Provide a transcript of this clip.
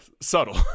subtle